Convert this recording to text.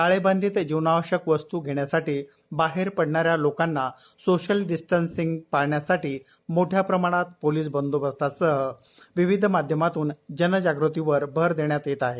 ताळेबंडीत जीवनावश्यक वस्त् घेण्यासाठी बाहेर पडणाऱ्या लोकांना सोशल डिस्टन्सिंग पाळण्यासाठी मोठ्या प्रमाणात पोलिस बंदोबस्तासह विविध माध्यमातून जनजागृतीवर भर देण्यात येत आहे